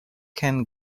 can